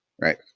right